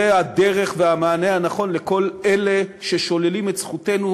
זה הדרך וזה המענה הנכון לכל אלה ששוללים את זכותנו